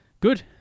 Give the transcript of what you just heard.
Good